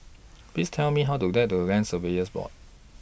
Please Tell Me How to get to Land Surveyors Board